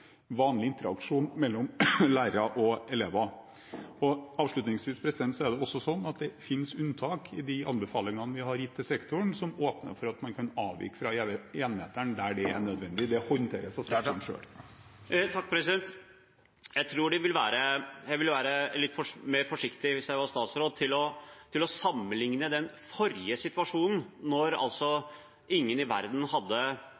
vanlig interaksjon mellom lærere og elever. Avslutningsvis er det også slik at det finnes unntak i de anbefalingene vi har gitt til sektoren, som åpner for at man kan avvike fra én-meteren der det er nødvendig. Det håndteres av sektoren selv. Abid Raja – til oppfølgingsspørsmål. Hvis jeg var statsråd, tror jeg at jeg ville være litt